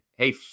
Hey